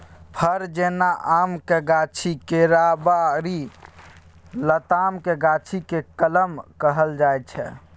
फर जेना आमक गाछी, केराबारी, लतामक गाछी केँ कलम कहल जाइ छै